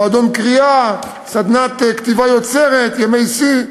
מועדון קריאה, סדנת כתיבה יוצרת, ימי שיא,